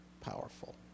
powerful